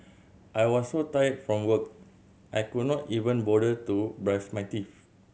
I was so tired from work I could not even bother to brush my teeth